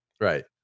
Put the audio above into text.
Right